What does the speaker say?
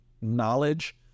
knowledge